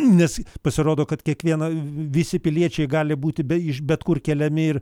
nes pasirodo kad kiekviena visi piliečiai gali būti be iš bet kur keliami ir